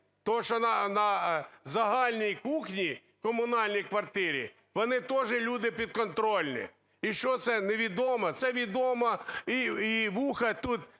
Тому що на загальній кухні в комунальній квартирі вони теж люди підконтрольні. І що, це не відомо? Це відомо, і вуха тут